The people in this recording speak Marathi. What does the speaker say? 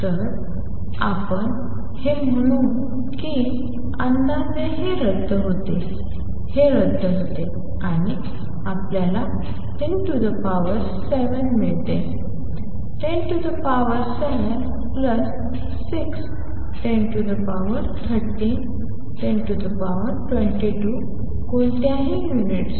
तर आपण हे म्हणू की अंदाजे हे रद्द होते हे रद्द होते आणि आपल्याला 107 मिळते 1076 1013 1022 कोणत्याही युनिट्स